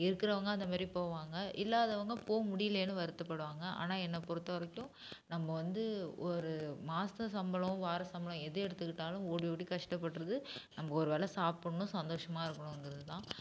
இருக்குறவங்க அந்த மாரி போவாங்க இல்லாதவங்க போ முடியிலன்னு வருத்தப்படுவாங்க ஆனால் என்ன பொறுத்த வரைக்கும் நம்ப வந்து ஒரு மாத சம்பளம் வார சம்பளம் எது எடுத்துக்கிட்டாலும் ஓடி ஓடி கஷ்டப்படுறது நம்ப ஒரு வேளை சாப்பிட்ணும் சந்தோஷமாக இருக்கணுங்கிறது தான்